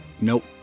Nope